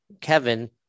Kevin